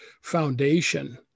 foundation